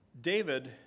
David